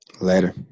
Later